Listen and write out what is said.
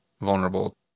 vulnerable